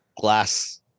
glass